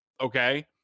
okay